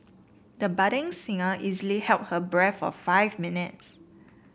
the budding singer easily held her breath for five minutes